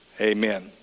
amen